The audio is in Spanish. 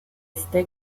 este